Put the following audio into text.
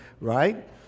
Right